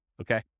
Okay